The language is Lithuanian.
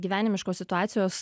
gyvenimiškos situacijos